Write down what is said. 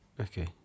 Okay